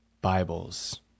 Bibles